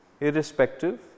irrespective